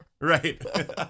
right